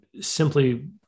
Simply